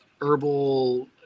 herbal